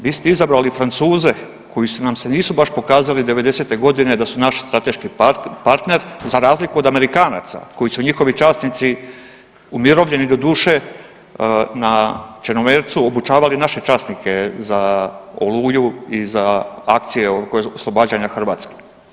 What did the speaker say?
Vi ste izabrali Francuze koji su nam se nisu baš pokazali '90.-te godine da su naš strateški partner za razliku od Amerikanaca koji su njihovi časnici umirovljeni doduše na Črnomercu obučavali naše časnike za Oluju i za akcije oslobađanja Hrvatske.